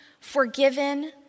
forgiven